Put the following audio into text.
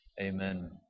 Amen